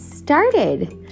started